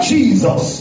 Jesus